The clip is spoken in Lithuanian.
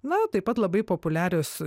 na taip pat labai populiarios